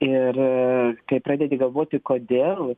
ir kai pradedi galvoti kodėl